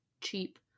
cheap